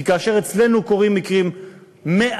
כי כאשר אצלנו קורים מקרים מעטים,